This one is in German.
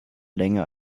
länger